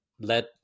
let